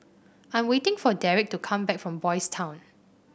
I'm waiting for Derek to come back from Boys' Town